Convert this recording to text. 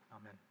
Amen